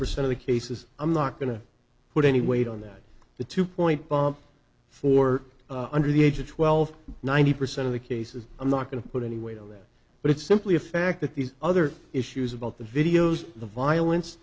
percent of the cases i'm not going to put any weight on that the two point bump for under the age of twelve ninety percent of the cases i'm not going to put any weight on that but it's simply a fact that these other issues about the videos the violence